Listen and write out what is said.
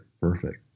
Perfect